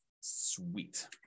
Sweet